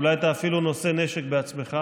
אולי אתה אפילו נושא נשק בעצמך.